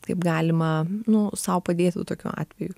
taip galima nu sau padėti tokiu atveju